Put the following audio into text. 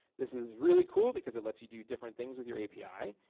this is really cool, because it lets you do different things with your api.